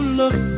look